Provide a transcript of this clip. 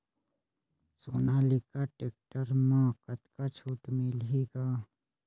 Sonalika tractor म कतका छूट मिलही ग?